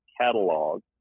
catalog